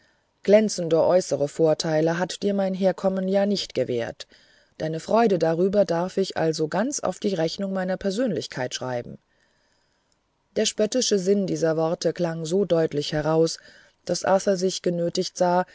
glänzende äußere vorteile hat dir mein herkommen ja nicht gewährt deine freude darüber darf ich also ganz auf die rechnung meiner persönlichkeit schreiben der spöttische sinn seiner worte klang so deutlich heraus daß arthur sich genötigt sah